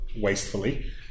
wastefully